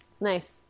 nice